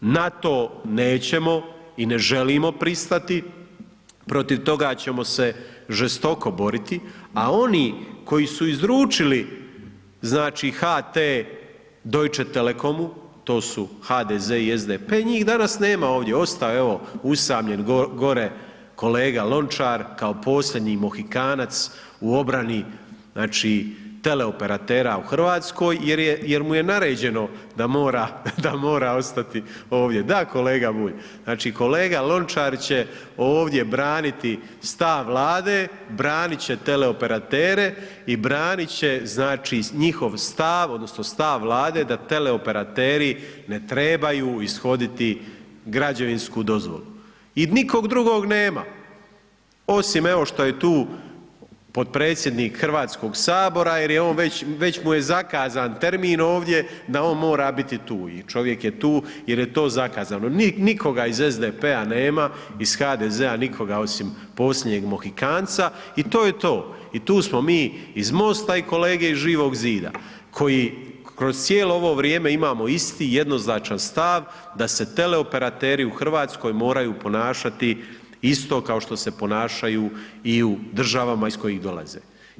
Na to nećemo i ne želimo pristati, protiv toga ćemo se žestoko boriti, a oni koji su izručili, znači, HT Deutsche telekomu, to su HDZ i SDP, njih danas nema ovdje, ostao je evo usamljen gore kolega Lončar kao posljednji Mohikanac u obrani, znači, teleoperatera u RH jer mu je naređeno da mora, da mora ostati ovdje, da kolega Bulj, znači, kolega Lončar će ovdje braniti stav Vlade, branit će teleoperatere i branit će, znači, njihov stav odnosno stav Vlade da teleoperateri ne trebaju ishoditi građevinsku dozvolu i nikog drugog nema, osim evo što je tu potpredsjednik HS jer je on već, već mu je zakazan termin ovdje da on mora biti tu i čovjek je tu jer je to zakazano, nikoga iz SDP-a nema, iz HDZ-a nikoga osim posljednjeg Mohikanca i to je to i tu smo mi iz MOST-a i kolege iz Živog zida koji kroz cijelo ovo vrijeme imamo isti jednoznačan stav da se teleoperateri u RH moraju ponašati isto kao što se ponašaju i u državama iz kojih dolaze.